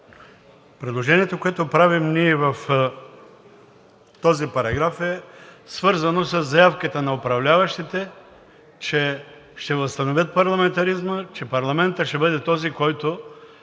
Предложението, което правим ние в този параграф, е свързано със заявката на управляващите, че ще възстановят парламентаризма, че парламентът ще бъде този, който